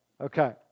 Okay